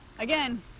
Again